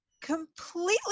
completely